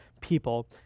people